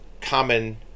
common